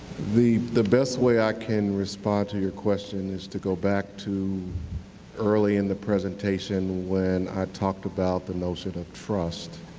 the the best way i can respond to your question is to go back to early in the presentation when i talked about the notation sort of trust.